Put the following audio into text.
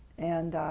and